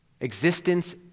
Existence